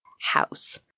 house